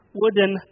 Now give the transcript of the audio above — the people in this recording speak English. wooden